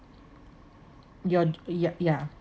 your yeah yeah